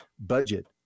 Budget